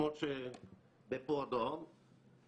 אבל אני אומר, בואו נבדוק.